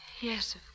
Yes